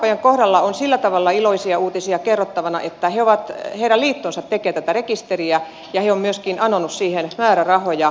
sotaorpojen kohdalla on sillä tavalla iloisia uutisia kerrottavana että heidän liittonsa tekee tätä rekisteriä ja he ovat myöskin anoneet siihen määrärahoja